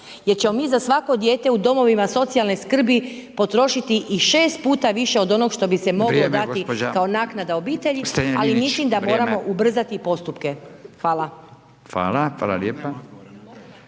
jer ćemo mi za svako dijete u domovima socijalne skrbi, potrošiti i 6 puta više od onoga što bi se moglo dati kao naknada obitelji, ali mislim da moramo ubrzati postupke. Hvala.